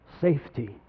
safety